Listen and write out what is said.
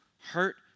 hurt